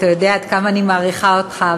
אתה יודע עד כמה אני מעריכה אותך,